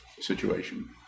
situation